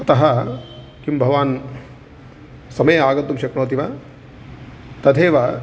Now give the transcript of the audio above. अतः किं भवान् समये आगन्तुं शक्नोति वा तथैव